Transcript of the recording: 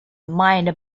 minor